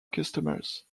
customers